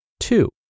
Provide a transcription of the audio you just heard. Two